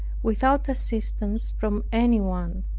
without assistance from any one.